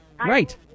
Right